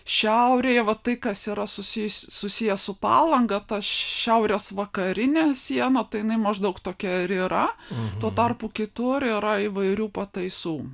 šiaurėje va tai kas yra susijusi susiję su palanga ta šiaurės vakarinė siena tai jinai maždaug tokia ir yra tuo tarpu kitur yra įvairių pataisų